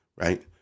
right